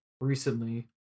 recently